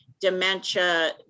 dementia